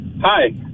hi